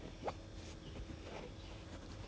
不懂应该是 foreigner 先 lah I don't know